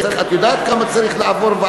את יודעת כמה ועדות צריך לעבור?